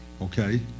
okay